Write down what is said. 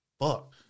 fuck